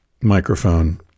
microphone